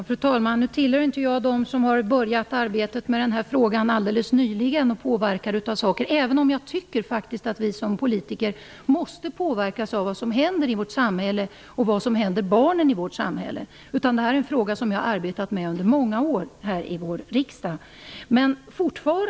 Fru talman! Nu tillhör jag inte dem som har börjat att arbeta med den här frågan alldeles nyligen och som har låtit mig påverkas. Men jag tycker att vi som politiker måste påverkas av det som händer i vårt samhälle och det som händer barnen. Det här är en fråga som jag har arbetat med under många år här i riksdagen.